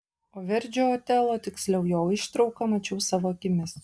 o verdžio otelo tiksliau jo ištrauką mačiau savo akimis